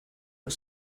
but